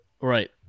Right